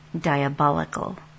Diabolical